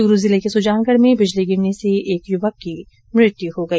चूरू जिले के सुजानगढ में बिजली गिरने से एक युवक की मृत्यु हो गई